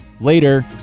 later